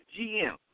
GM